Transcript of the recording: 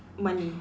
money